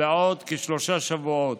בעוד כשלושה שבועות.